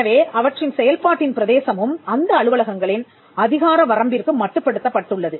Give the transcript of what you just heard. எனவே அவற்றின் செயல்பாட்டின் பிரதேசமும் அந்த அலுவலகங்களின் அதிகார வரம்பிற்கு மட்டுப்படுத்தப்பட்டுள்ளது